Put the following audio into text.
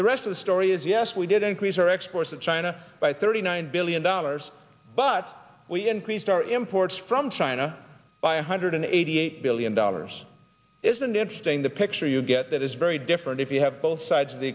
the rest of the story is yes we did increase our exports to china by thirty nine billion dollars but we increased our imports from china by a hundred eighty eight billion dollars isn't interesting the picture you get that is very different if you have both sides of the